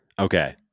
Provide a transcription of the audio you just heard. Okay